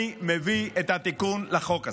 אני מביא את התיקון לחוק הזה.